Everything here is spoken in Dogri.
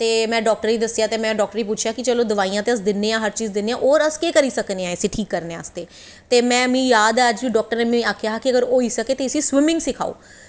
ते में डॉक्टरै गी दस्सेआ ते में डॉक्टरै गी पुच्छेआ की में दओआियां दिन्ने आं हर चीज़ दिन्ने आं ते होर अस केह् करी सकने आं इसी ठीक करने बास्तै ते मिगी याद ऐ की डॉक्टर नै इसगी आक्खेआ हा की अगर होई सकै ते इसी स्विमिंग सखाओ